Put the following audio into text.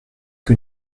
que